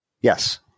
Yes